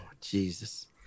Jesus